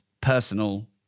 personal